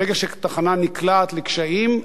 ברגע שתחנה נקלעת לקשיים,